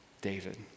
David